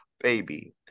baby